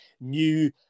new